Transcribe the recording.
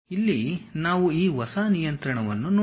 ಇಲ್ಲಿ ನಾವು ಈ ಹೊಸ ನಿಯಂತ್ರಣವನ್ನು ನೋಡಬಹುದು